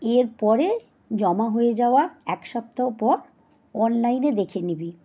এরপরে জমা হয়ে যাওয়ার এক সপ্তাহ পর অনলাইনে দেখে নিবি